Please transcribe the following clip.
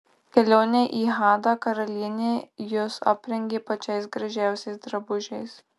kelionei į hadą karalienė jus aprengė pačiais gražiausiais drabužiais